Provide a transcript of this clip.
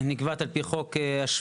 אנחנו מדברים על החלטת ממשלה משנת 2004,